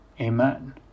amen